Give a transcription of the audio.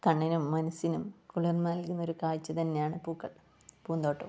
കണ്ണിനും മനസ്സിനും കുളിർമ നൽകുന്നൊരു കാഴ്ച തന്നെയാണ് പൂക്കൾ പൂന്തോട്ടവും